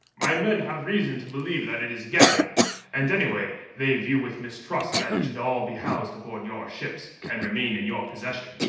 my men have reason to believe that it is gathered and, anyway, they view with mistrust that it should all be housed aboard your ships, and remain in your possession.